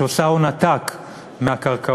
שעושה הון עתק מהקרקעות.